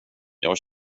jag